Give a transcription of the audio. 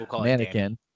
mannequin